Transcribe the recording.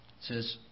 says